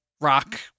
rock